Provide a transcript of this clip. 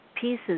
pieces